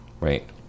right